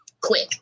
Quick